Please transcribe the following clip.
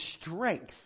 strength